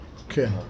okay